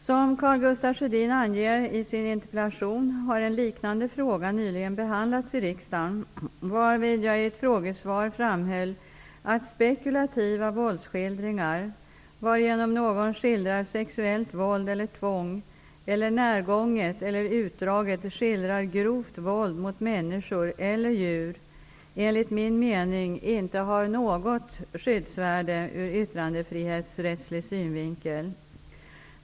Som Karl Gustaf Sjödin anger i sin interpellation har en liknande fråga nyligen behandlats i riksdagen, varvid jag i ett frågesvar framhöll att spekulativa våldsskildringar, varigenom någon skildrar sexuellt våld eller tvång, eller närgånget eller utdraget skildrar grovt våld mot människor eller djur enligt min mening inte har något skyddsvärde ur yttrandefrihetsrättslig synvinkel.